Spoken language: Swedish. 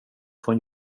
från